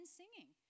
singing